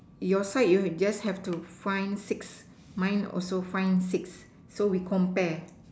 your side you just have to find six mine also find six so we compare